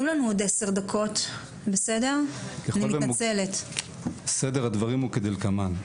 סדר הדברים הוא כדלקמן,